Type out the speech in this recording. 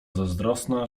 zazdrosna